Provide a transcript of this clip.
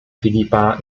filipa